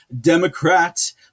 Democrat